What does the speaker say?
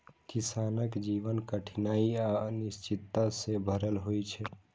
किसानक जीवन कठिनाइ आ अनिश्चितता सं भरल होइ छै